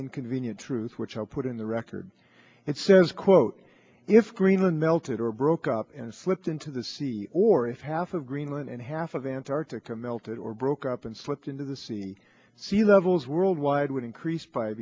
inconvenient truth which i'll put in the record it says quote if greenland melted or broke up and slipped into the sea or if half of greenland and half of antarctica melted or broke up and slipped into the sea sea levels worldwide would increase